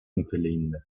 niteliğinde